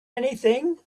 anything